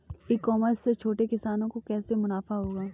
ई commerce से छोटे किसानों को कैसे मुनाफा होगा?